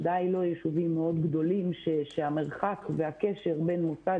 ודאי לא יישובים מאוד גדולים שהמרחק והקשר בין מוסד